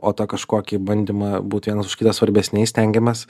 o tą kažkokį bandymą būt vienas už kitą svarbesniais stengiamės